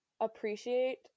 appreciate